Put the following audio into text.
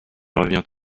revient